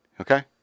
Okay